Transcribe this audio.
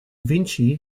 vinci